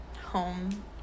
home